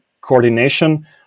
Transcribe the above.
coordination